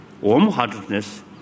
warm-heartedness